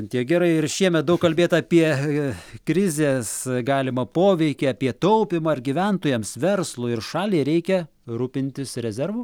tiek gerai ir šiemet daug kalbėta apie krizes galimą poveikį apie taupymą ar gyventojams verslui ir šaliai reikia rūpintis rezervu